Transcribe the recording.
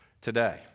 today